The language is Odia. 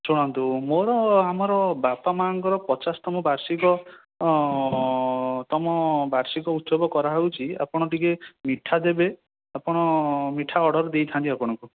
ଶୁଣନ୍ତୁ ମୋର ଆମର ବାପା ମାଙ୍କର ପଚାଶତମ ବାର୍ଷିକ ତମ ବାର୍ଷିକ ଉତ୍ସବ କରାହେଉଛି ଆପଣ ଟିକିଏ ମିଠା ଦେବେ ଆପଣ ମିଠା ଅର୍ଡ଼ର ଦେଇଥାନ୍ତି ଆପଣଙ୍କୁ